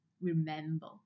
remember